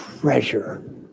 treasure